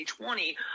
2020